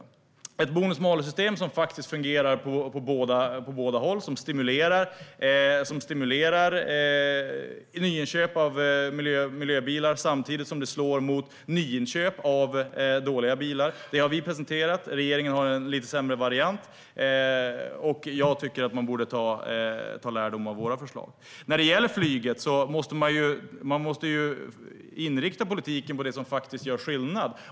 Vi har presenterat ett bonus-malus-system som fungerar på båda håll och som stimulerar nyinköp av miljöbilar samtidigt som det slår mot nyinköp av dåliga bilar. Regeringen har en lite sämre variant, och jag tycker att den borde dra lärdom av våra förslag. När det gäller flyget måste man inrikta politiken på det som faktiskt gör skillnad.